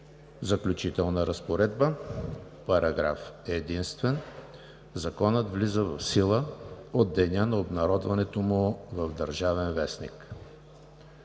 Заключителна разпоредба Параграф единствен. Законът влиза в сила от деня на обнародването му в „Държавен вестник“.“